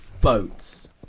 boats